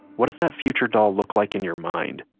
what does that future doll look like in your mind?